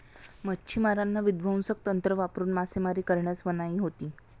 मच्छिमारांना विध्वंसक तंत्र वापरून मासेमारी करण्यास मनाई होती